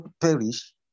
perish